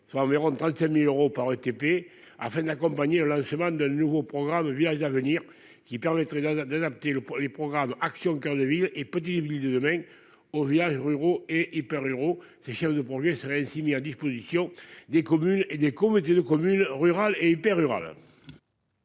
soit environ 35000 euros par ETP afin d'accompagner le lancement de nouveaux programmes via avenir qui permettrait d'adapter les programmes Action coeur de ville et, petite ville de demain aux villages ruraux et hyper-ruraux ces chefs de projet seraient ainsi mis à disposition des communes et des qu'on mettait de communes rurales et paient rural.